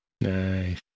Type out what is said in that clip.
Nice